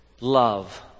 love